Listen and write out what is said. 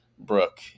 Brooke